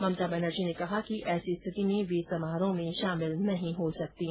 ममता बैनर्जी ने कहा कि ऐसी स्थिति में वे समारोह में शामिल नहीं हो सकतीं